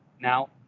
now